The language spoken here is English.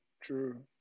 True